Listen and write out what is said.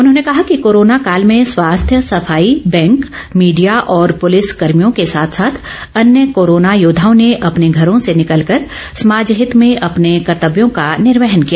उन्होंने कहा कि कोरोना काल में स्वास्थ्य सफाई बैंक मीडिया और पुलिस कर्भियों के साथ साथ अन्य कोरोना योद्वाओं ने अपने घरों से निकल कर समाज हित में अपने कर्तव्यों का निर्वहन किया